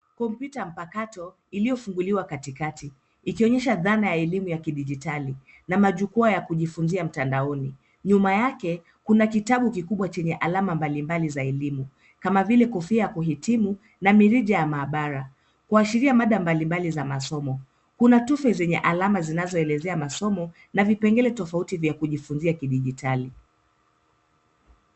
Kompyuta mpakato iliyofunguliwa katikati ikionyesha dhana ya elimu ya kidijitali na jukwaa ya kujifunzia mtandaoni. Nyuma yake kuna kitabu kikubwa chenye alama mbalimbali za elimu kama vile kofia ya kuhitimu na mirija ya maabara kuashiria mada mbalimbali za masomo. Kuna tufe zenye alama zinazoelezea masomo na vipengele tofuati vya kujifunzia kidijitali.